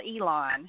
Elon